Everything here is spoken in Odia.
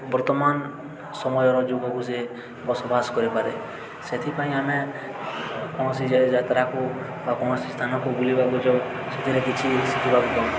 ବର୍ତ୍ତମାନ ସମୟର ଯୁଗକୁ ସେ ବସବାସ କରିପାରେ ସେଥିପାଇଁ ଆମେ କୌଣସି ଯାତ୍ରାକୁ ବା କୌଣସି ସ୍ଥାନକୁ ବୁଲିବାକୁ ଯାଉ ସେଥିରେ କିଛି ଶିଖିବାକୁ